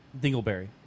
Dingleberry